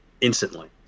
instantly